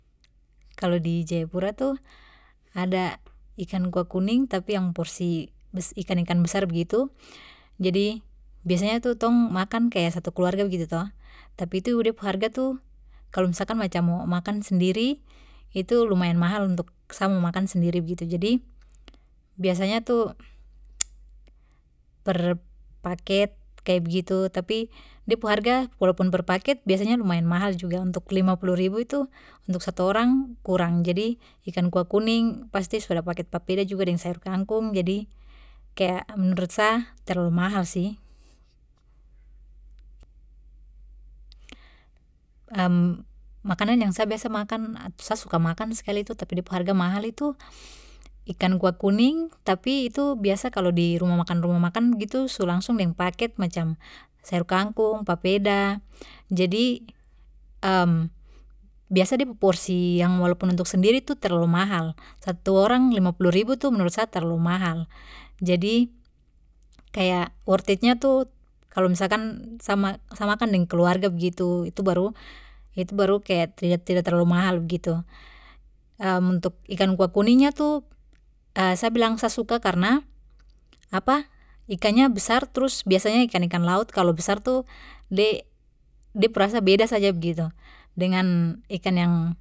Kalo di jayapura tu ada ikan kuah kuning tapi yang porsi bes ikan ikan besar begitu, jadi biasanya tu tong makan kaya satu keluarga begitu to tapi itu de pu harga tu kalo misalkan macam makan sendiri itu lumayan mahal untuk sa mo makan sendiri begitu jadi biasanya tu per paket kaya begitu tapi de pu harga walaupun per paket biasanya lumayan mahal juga untuk lima puluh ribu tu untuk satu orang kurang jadi ikan kuah kuning pasti su ada paket papeda juga deng sayur kangkung jadi menurut sa terlalu mahal sih makanan yang sa biasa makan ato sa suka makan skali tu tapi de pu harga mahal tu, ikan kuah kuning tapi itu biasa kalo di rumah makan rumah makan begitu su langsung deng paket macam sayur kangkung papeda jadi biasa de pu porsi yang walaupun untuk sendiri tu terlalu mahal satu orang lima puluh ribu tu menurut sa terlalu mahal jadi kaya worth it nya tu kalo misalkan sa ma sa makan deng keluarga begitu itu baru itu baru kaya tida-tidak terlalu mahal begitu, untuk ikan kuah kuningnya tu sa bilang sa suka karna ikannya besar trus biasanya ikan ikan laut kalo besar tu de, dep rasa beda saja begitu dengan ikan yang.